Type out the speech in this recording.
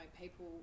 people